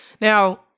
Now